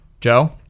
Joe